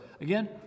again